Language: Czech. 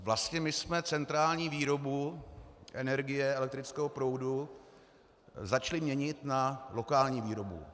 Vlastně my jsme centrální výrobu energie, elektrického proudu, začali měnit na lokální výrobu.